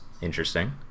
Interesting